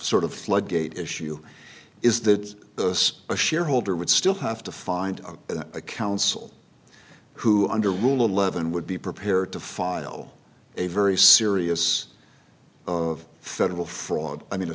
sort of flood gate issue is that the us a shareholder would still have to find a counsel who under rule eleven would be prepared to file a very serious of federal fraud i mean a